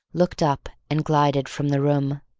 looked up and glided from the room.